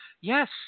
Yes